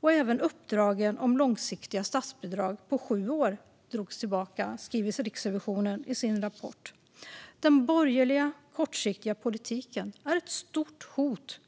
Och även uppdragen om långsiktiga statsbidrag på sju år drogs tillbaka. Detta skriver Riksrevisionen i sin rapport. Den borgerliga kortsiktiga politiken är ett stort hot